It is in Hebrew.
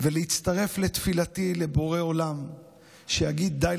ולהצטרף לתפילתי לבורא עולם שיגיד די